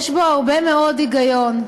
יש בו הרבה מאוד היגיון.